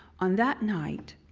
on that night,